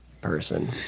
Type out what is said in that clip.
person